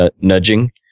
nudging